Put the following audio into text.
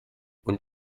und